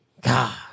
God